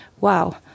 wow